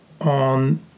on